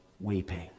weeping